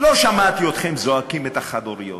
לא שמעתי אתכם זועקים את זעקת החד-הוריות,